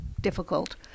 difficult